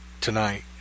tonight